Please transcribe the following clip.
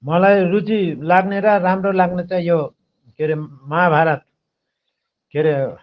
मलाई रुची लाग्ने र राम्रो लाग्ने चाहिँ यो के अरे महाभारत के अरे